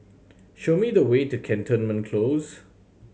show me the way to Cantonment Close